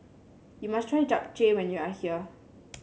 you must try Japchae when you are here